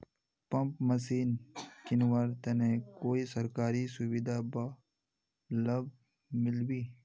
Pump machine किनवार तने कोई सरकारी सुविधा बा लव मिल्बी?